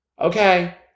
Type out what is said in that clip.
okay